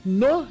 no